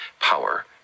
power